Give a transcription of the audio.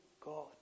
God